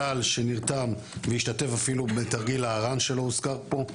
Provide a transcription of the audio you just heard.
צה"ל נרתם והשתתף אפילו בתרגיל האר"ן שלא הוזכר פה,